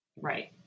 Right